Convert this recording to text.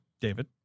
David